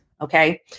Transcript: Okay